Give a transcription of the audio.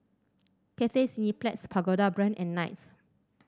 Cathay Cineplex Pagoda Brand and Knight